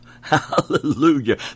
Hallelujah